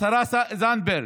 השרה זנדברג,